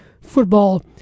football